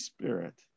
Spirit